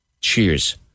Cheers